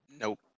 Nope